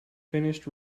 finished